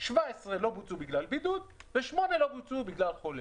17 לא בוצעו בגלל בידוד ושמונה לא בוצעו בגלל חולה.